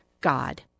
God